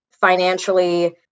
financially